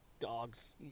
Dogs